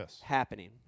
happening